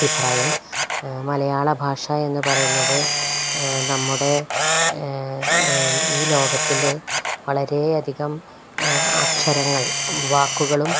അഭിപ്രായം മലയാള ഭാഷ എന്ന് പറയുന്നത് നമ്മുടെ ഈ ലോകത്തിൽ വളരെയധികം അക്ഷരങ്ങൾ വാക്കുകളും